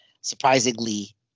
surprisingly